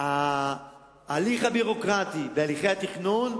ההליך הביורוקרטי והליכי התכנון,